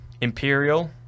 imperial